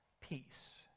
peace